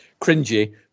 cringy